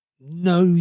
No